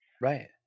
Right